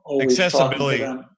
accessibility